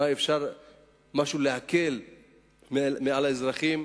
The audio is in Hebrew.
איך אפשר להקל על האזרחים,